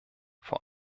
vor